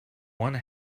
one